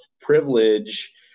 privilege